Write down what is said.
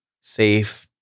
safe